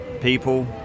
people